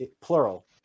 plural